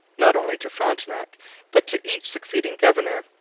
not only to frontenac but to each succeeding governor,